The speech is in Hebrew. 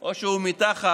או שהוא מתחת